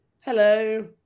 hello